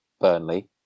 Burnley